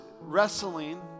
wrestling